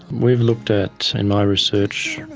we've looked at, in my research,